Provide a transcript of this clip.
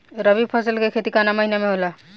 रवि फसल के खेती कवना महीना में होला?